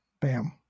bam